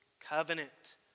covenant